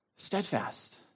steadfast